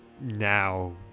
now